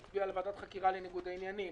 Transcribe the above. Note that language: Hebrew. תצביע על ועדת חקירה לניגודי עניינים,